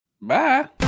Bye